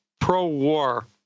pro-war